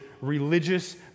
religious